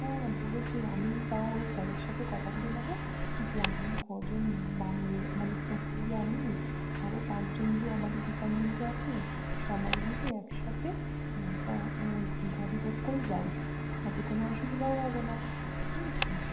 হ্যাঁ বলেছি আমি তাও ওই স্যারের সাথে কথা বলে নেবো যে আমরা কজন বা মেয়েরা মানে ও তুই আমি আরও পাঁচজন যে আমাদের ডিপার্টমেন্টে আছে সবাই মিলে একসাথে একটা গাড়ি বুক করে যাবো তাতে কোনো অসুবিধাও হবে না বুঝেছিস